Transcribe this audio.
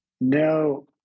no